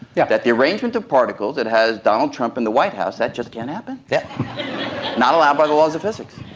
yeah that the arrangement of particles that has donald trump in the white house, that just can't happen. it's not allowed by the laws of physics.